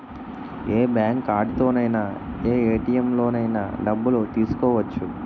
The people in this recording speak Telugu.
ఏ బ్యాంక్ కార్డుతోనైన ఏ ఏ.టి.ఎం లోనైన డబ్బులు తీసుకోవచ్చు